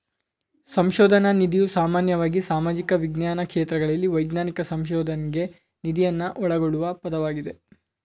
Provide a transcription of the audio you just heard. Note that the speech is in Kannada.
ಸಂಶೋಧನ ನಿಧಿಯು ಸಾಮಾನ್ಯವಾಗಿ ಸಾಮಾಜಿಕ ವಿಜ್ಞಾನ ಕ್ಷೇತ್ರಗಳಲ್ಲಿ ವೈಜ್ಞಾನಿಕ ಸಂಶೋಧನ್ಗೆ ನಿಧಿಯನ್ನ ಒಳಗೊಳ್ಳುವ ಪದವಾಗಿದೆ